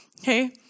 Okay